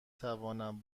توانم